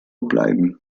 bleiben